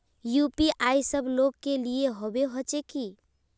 UPI सब लोग के लिए होबे होचे की?